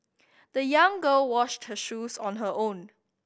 the young girl washed her shoes on her own